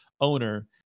owner